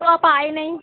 तो आप आए नहीं